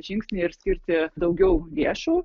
žingsnį ir skirti daugiau lėšų